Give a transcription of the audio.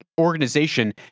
organization